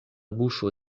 buŝo